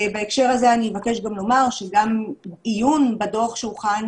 בהקשר הזה אני גם אבקש לומר שגם עיון בדוח שהוכן